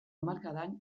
hamarkadan